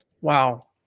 Wow